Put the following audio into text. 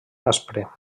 aspre